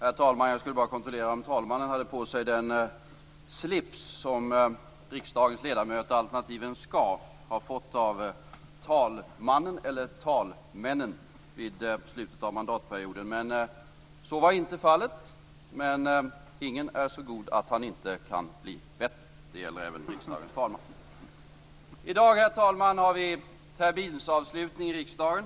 Herr talman! Jag skulle bara kontrollera om talmannen hade på sig den slips som riksdagens ledamöter, med alternativet scarf, har fått av talmännen vid slutet av mandatperioden. Så var inte fallet, men ingen är så god att han inte kan bli bättre. Det gäller även riksdagens talman. I dag, herr talman, har vi terminsavslutning i riksdagen.